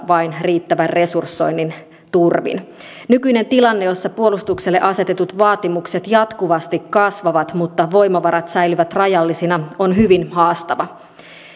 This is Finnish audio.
vain riittävän resursoinnin turvin nykyinen tilanne jossa puolustukselle asetut vaatimukset jatkuvasti kasvavat mutta voimavarat säilyvät rajallisina on hyvin haastava